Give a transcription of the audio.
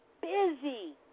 busy